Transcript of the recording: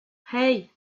hey